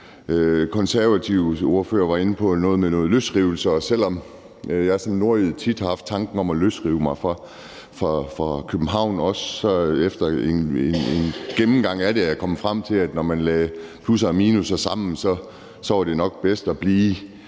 Konservatives ordfører var inde på noget med noget løsrivelse, og selv om jeg som nordjyde tit har haft tanken om, at jeg også skulle løsrive mig fra København, er jeg efter en gennemgang af det kommet frem til, at når man lagde plusser og minusser sammen, så var det nok bedst at blive.